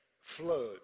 flood